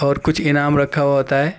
اور کچھ انعام رکھا ہوا ہوتا ہے